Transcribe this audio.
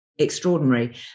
extraordinary